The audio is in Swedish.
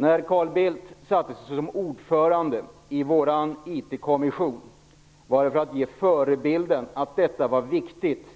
När Carl Bildt satte sig som ordförande i vår IT kommission var det för att ge en förebild och visa att detta var viktigt